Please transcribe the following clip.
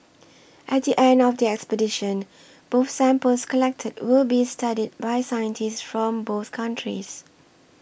at the end of the expedition both samples collected will be studied by scientists from both countries